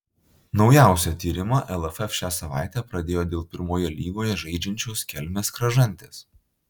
naujausią tyrimą lff šią savaitę pradėjo dėl pirmoje lygoje žaidžiančios kelmės kražantės